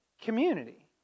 community